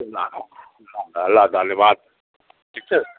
ल ल ल धन्यवाद ठिक छ